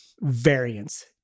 variance